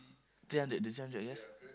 three hundred there's three hundred yes